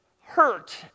hurt